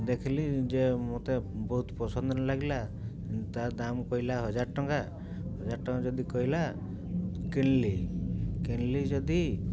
ଦେଖିଲି ଯେ ମୋତେ ବହୁତ ପସନ୍ଦ ଲାଗିଲା ତା ଦାମ୍ କହିଲା ହଜାରେ ଟଙ୍କା ହଜାରେ ଟଙ୍କା ଯଦି କହିଲା କିଣିଲି କିଣିଲି ଯଦି